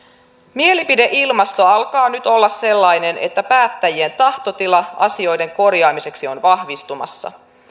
mielipideilmasto alkaa nyt olla sellainen että päättäjien tahtotila asioiden korjaamiseksi on vahvistumassa